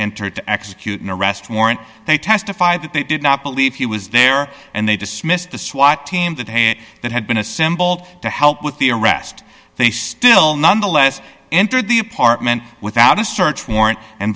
entered to execute an arrest warrant they testified that they did not believe he was there and they dismissed the swat team that the hand that had been assembled to help with the arrest they still nonetheless entered the apartment without a search warrant and